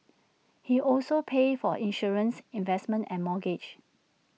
he also pays for insurance investments and mortgage